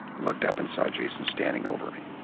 looked up and saw jason standing over me.